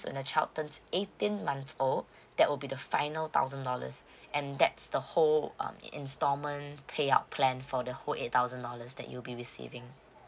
when the child turns eighteen months old that will be the final thousand dollars and that's the whole um instalment payout plan for the whole eight thousand dollars that you'll be receiving